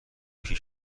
پیش